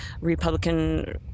Republican